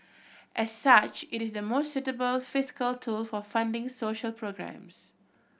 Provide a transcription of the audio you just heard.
as such it is the most suitable fiscal tool for funding social programmes